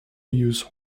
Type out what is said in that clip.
use